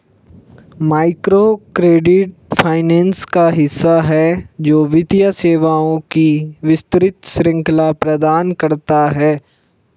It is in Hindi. माइक्रोक्रेडिट फाइनेंस का हिस्सा है, जो वित्तीय सेवाओं की विस्तृत श्रृंखला प्रदान करता है